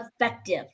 effective